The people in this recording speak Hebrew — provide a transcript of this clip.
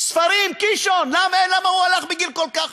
ספרים, קישון, למה הוא הלך בגיל, לפני כל כך